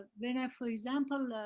when i for example.